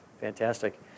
Fantastic